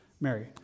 Mary